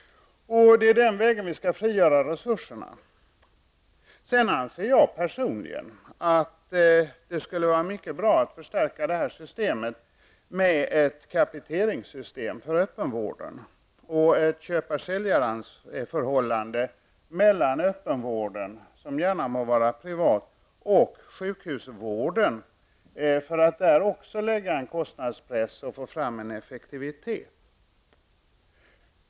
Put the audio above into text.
Det är på det sättet som vi skall frigöra resurser. Jag anser personligen att det skulle vara mycket bra att förstärka detta system med ett capiteringssystem för öppenvården samt ett köparsäljarförhållande mellan öppenvården, som gärna får vara privat, och sjukhusvården för att öka kostnadspressen och effektiviteten.